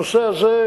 הנושא הזה,